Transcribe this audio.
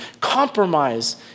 Compromise